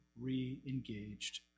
re-engaged